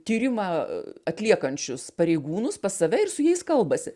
tyrimą atliekančius pareigūnus pas save ir su jais kalbasi